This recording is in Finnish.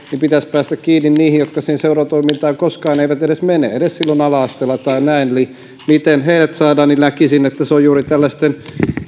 pitäisi päästä kiinni niihin jotka siihen seuratoimintaan koskaan eivät edes mene edes ala asteella tai näin eli miten heidät saadaan mukaan näkisin että se on juuri tällaisten